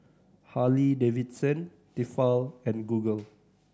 Harley Davidson Tefal and Google